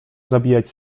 zabijać